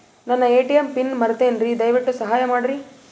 ನನ್ನ ATM PIN ಮರೆತೇನ್ರೀ, ದಯವಿಟ್ಟು ಸಹಾಯ ಮಾಡ್ರಿ